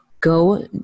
go